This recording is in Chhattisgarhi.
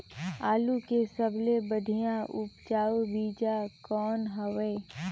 आलू के सबले बढ़िया उपजाऊ बीजा कौन हवय?